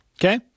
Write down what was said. Okay